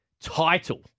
title